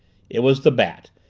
it was the bat,